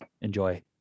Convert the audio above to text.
Enjoy